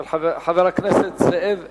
של חבר הכנסת זאב אלקין.